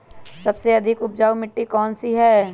सबसे अधिक उपजाऊ मिट्टी कौन सी हैं?